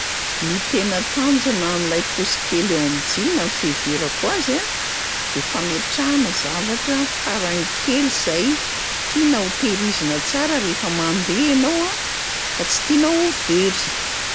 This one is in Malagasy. Ny tena tanjona am'lay paosy kely eo amin'ny jeans ny fiheverako azy a, de fametrahana zavatra faran'ny kely zay tiana hotehirizina tsara rehefa mandeha ianao a ka tsy tiana ho very.